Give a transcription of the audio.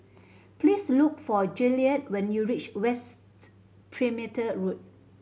please look for Juliet when you reach West's Perimeter Road